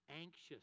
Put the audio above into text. anxious